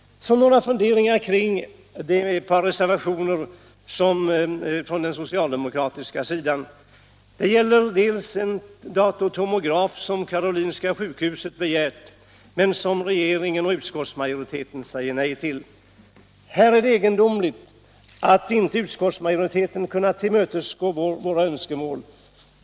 Så några funderingar kring ett par andra reservationer från den socialdemokratiska gruppen. Den ena gäller den datortomograf som Karolinska sjukhuset har begärt men som regeringen och utskottsmajoriteten säger nej till. Här är det egendomligt att inte utskottsmajoriteten har kunnat tillmötesgå våra önskemål.